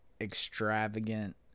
extravagant